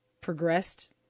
progressed